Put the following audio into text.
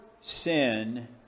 sin